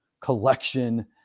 collection